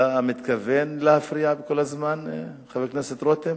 אתה מתכוון להפריע כל הזמן, חבר הכנסת רותם?